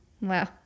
wow